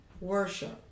worship